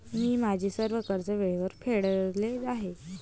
मी माझे सर्व कर्ज वेळेवर फेडले आहे